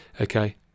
okay